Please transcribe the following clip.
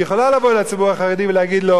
היא יכולה לבוא לציבור החרדי ולהגיד לו: